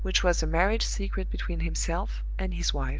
which was a marriage secret between himself and his wife.